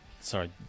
Sorry